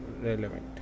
relevant